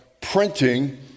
Printing